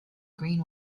green